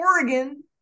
Oregon